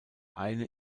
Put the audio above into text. eine